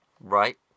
Right